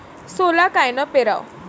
सोला कायनं पेराव?